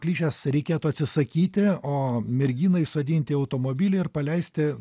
klišės reikėtų atsisakyti o merginą įsodint į automobilį ir paleisti